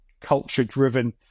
culture-driven